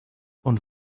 und